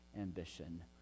ambition